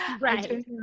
right